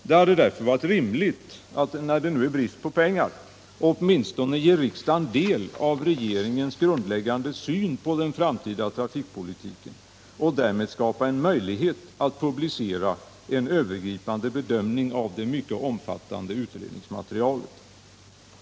Det hade därför varit rimligt att, när det nu är brist på pengar, åtminstone ge riksdagen del av regeringens grundläggande syn på den framtida trafikpolitiken och därmed skapa en möjlighet att publicera en övergripande bedömning av det mycket omfattande utredningsmaterialet.